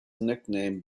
nicknamed